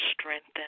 strengthen